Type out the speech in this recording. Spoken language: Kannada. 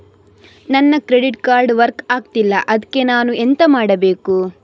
ನನ್ನ ಕ್ರೆಡಿಟ್ ಕಾರ್ಡ್ ವರ್ಕ್ ಆಗ್ತಿಲ್ಲ ಅದ್ಕೆ ನಾನು ಎಂತ ಮಾಡಬೇಕು?